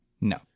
no